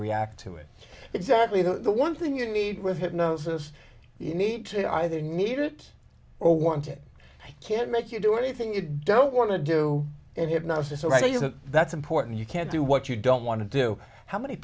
react to it exactly the one thing you need with hypnosis you need to either need it or want it can't make you do anything it don't want to do and hypnosis already isn't that's important you can't do what you don't want to do how many